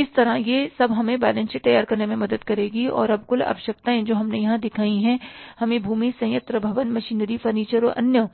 इस प्रकार यह सब हमें बैलेंस शीट तैयार करने में मदद करेगी और अब कुल आवश्यकताएं जो हमने यहां दिखाई हैं कि हमें भूमि संयंत्र भवन मशीनरी फर्नीचर और अन्य